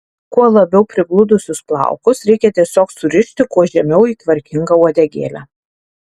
kuo labiau prigludusius plaukus reikia tiesiog surišti kuo žemiau į tvarkingą uodegėlę